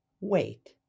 wait